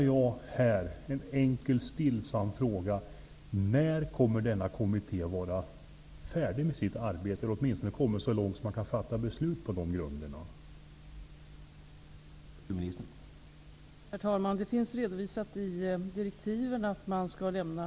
Jag har en enkel stillsam fråga att ställa: När är denna kommitté färdig med sitt arbete eller har åtminstone kommit så långt att det finns några grunder som man kan fatta beslut på?